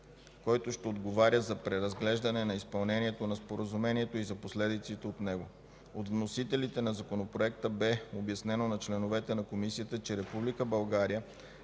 който ще отговаря за преразглеждане на изпълнението на споразумението и за последиците от него. От вносителите на законопроекта бе обяснено на членовете на Комисията, че Република България